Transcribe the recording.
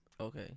Okay